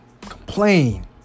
complain